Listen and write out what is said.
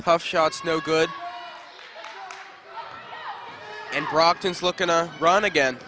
tough shots no good and brockton looking to run again